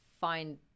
find